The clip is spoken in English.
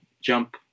jump